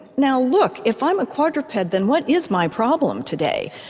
now look, if i'm a quadruped then what is my problem today?